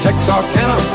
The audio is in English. Texarkana